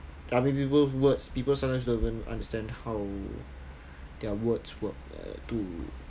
I mean people's words people sometimes don't even understand how their words were to